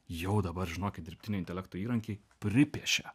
jau dabar žinokit dirbtinio intelekto įrankiai pripiešia